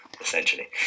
essentially